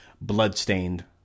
Bloodstained